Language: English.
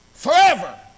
Forever